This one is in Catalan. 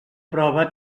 prova